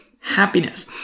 happiness